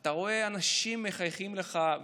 אתה רואה אנשים מחייכים אליך,